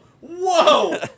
whoa